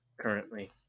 currently